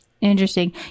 interesting